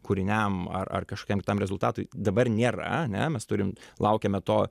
kūriniam ar ar kažkokiam kitam rezultatui dabar nėra ane mes turim laukiame to